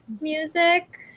music